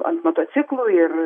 ant motociklų ir